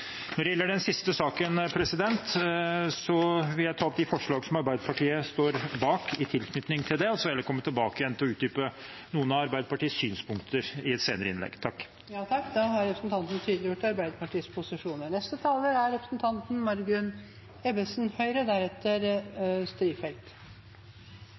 Når det gjelder den andre saken, sak nr. 10, vil jeg ta opp forslaget fra Arbeiderpartiet og SV. Så kommer jeg heller tilbake til å utdype noen av Arbeiderpartiets synspunkter i et senere innlegg. Representanten Terje Aasland har